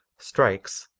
strikes,